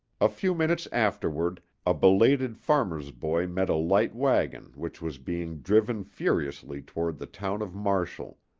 a few minutes afterward a belated farmer's boy met a light wagon which was being driven furiously toward the town of marshall.